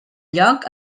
lloc